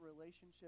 relationship